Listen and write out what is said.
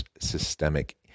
systemic